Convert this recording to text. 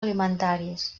alimentaris